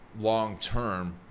long-term